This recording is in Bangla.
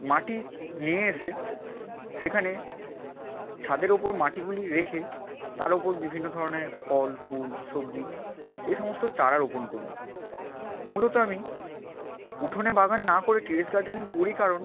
মাটি নিয়ে এসে সেখানে ছাদের ওপর মাটিগুলি রেখে তার ওপর বিভিন্ন ধরনের ফল ফুল সবজি এসমস্ত চারা রোপণ করি মূলত আমি উঠোনে বাগান না করে টেরেস গার্ডেনিং করি কারণ